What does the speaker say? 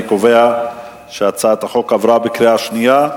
אני קובע שהצעת החוק עברה בקריאה שנייה.